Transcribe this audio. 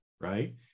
right